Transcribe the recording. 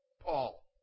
Paul